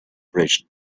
bridge